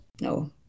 No